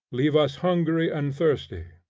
leave us hungry and thirsty,